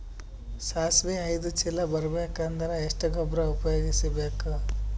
ಸಾಸಿವಿ ಐದು ಚೀಲ ಬರುಬೇಕ ಅಂದ್ರ ಎಷ್ಟ ಗೊಬ್ಬರ ಉಪಯೋಗಿಸಿ ಬೇಕು?